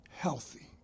healthy